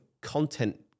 content